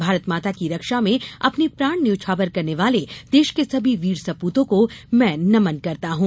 भारत माता की रक्षा में अपने प्राण न्योछावर करने वाले देश के सभी वीर सपूतों को मैं नमन करता हूँ